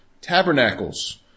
tabernacles